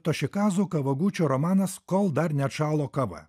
tošikazo kavogučio romanas kol dar neatšalo kava